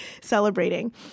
celebrating